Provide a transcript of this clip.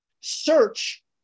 search